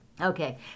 Okay